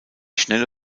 schnelle